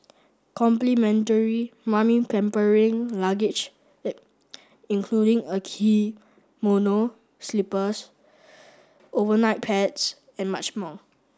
complimentary 'mummy pampering luggage' in including a kimono slippers overnight pads and much more